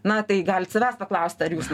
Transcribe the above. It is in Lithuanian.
na tai galit savęs paklaust ar jūs